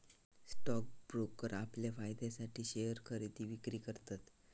stock broker आपल्या फायद्यासाठी share खरेदी विक्री करतत